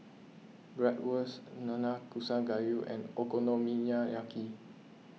Bratwurst Nanakusa Gayu and Okonomiyaki